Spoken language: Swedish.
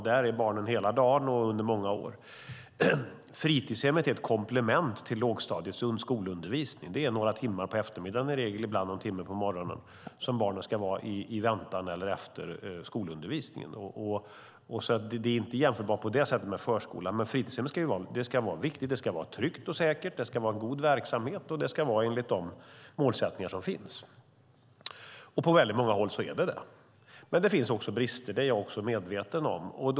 Där finns barnen hela dagen under många år. Fritidshemmet är ett komplement till lågstadiets skolundervisning. Det är i regel några timmar på eftermiddagen, ibland någon timme på morgonen, som barnen är där i väntan på eller efter skolundervisningen. På det sättet är det alltså inte jämförbart med förskolan. Fritidshemmen är viktiga. De ska vara trygga och säkra och ha en god verksamhet enligt de målsättningar som finns. På väldigt många håll fungerar det bra, men det finns också brister, vilket jag är medveten om.